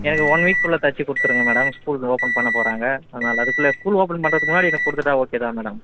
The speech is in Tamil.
எனக்கு ஒன் வீக்குள்ளே தைச்சிக் கொடுத்துருங்க மேடம் ஸ்கூல் ஓப்பன் பண்ண போகிறாங்க அதனால் அதுக்குள்ளே ஸ்கூல் ஓப்பன் பண்ணுறதுக்கு முன்னாடி எனக்கு கொடுத்துட்டா ஓகே தான் மேடம்